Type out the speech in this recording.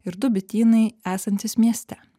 ir du bitynai esantys mieste